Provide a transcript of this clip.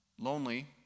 Lonely